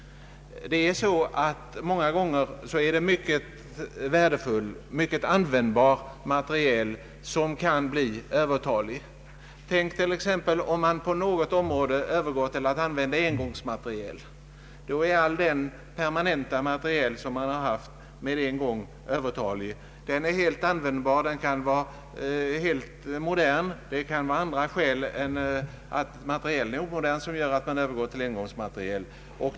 Om ett sjukhus t.ex. övergår till att använda engångsmateriel på något område, är all den permanenta materielen på området att betrakta som Öövertalig. Den kan vara fullt användbar och helt modern. Det kan vara andra skäl än att den permanenta materielen är omodern som gör att man övergår till engångsmateriel.